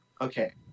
okay